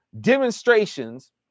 demonstrations